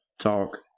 talk